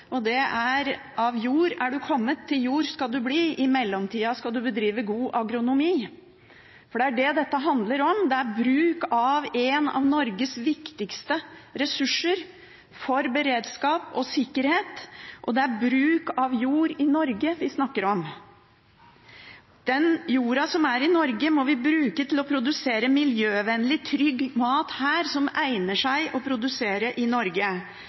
og det er: Av jord er du kommet, til jord skal du bli, i mellomtida skal du bedrive god agronomi. Det er det dette handler om – det er bruk av en av Norges viktigste ressurser for beredskap og sikkerhet. Det er bruk av jord i Norge vi snakker om. Den jorda som er i Norge, må vi bruke til å produsere miljøvennlig – trygg mat som egner seg for produksjon i Norge.